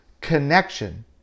connection